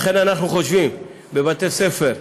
לכן אנחנו חושבים שבבתי ספר גדולים,